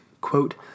quote